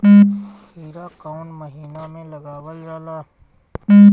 खीरा कौन महीना में लगावल जाला?